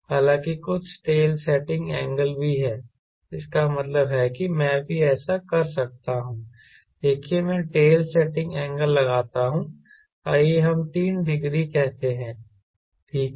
हालाँकि कुछ tail setting angle भी है इसका मतलब है कि मैं भी ऐसा कर सकता हूं देखिए मैं टेल सेटिंग एंगल लगाता हूं आइए हम 3 डिग्री कहते हैं ठीक है